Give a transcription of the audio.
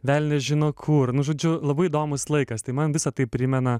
velnias žino kur nu žoždiu labai įdomus laikas tai man visa tai primena